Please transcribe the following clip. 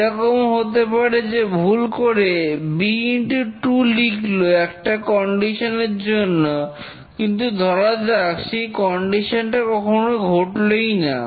এরকম ও হতে পারে যে ভুল করে b ইন্টু টু লিখল একটা কন্ডিশন এর জন্য কিন্তু ধরা যাক সেই কন্ডিশন টা কখনো ঘটলোই না